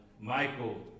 Michael